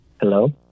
hello